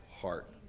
heart